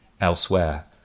elsewhere